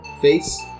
face